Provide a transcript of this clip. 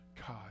God